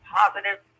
positive